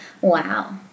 Wow